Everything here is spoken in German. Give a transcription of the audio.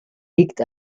liegt